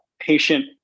patient